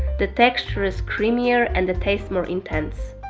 the texture is creamier and the taste more intense